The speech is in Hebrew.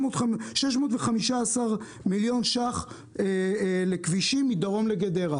615 מיליון שקלים לכבישים מדרום לגדרה.